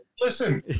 Listen